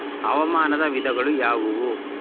ಹವಾಮಾನದ ವಿಧಗಳು ಯಾವುವು?